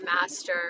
master